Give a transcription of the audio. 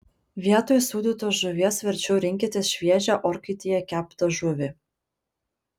vietoj sūdytos žuvies verčiau rinkitės šviežią orkaitėje keptą žuvį